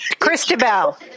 Christabel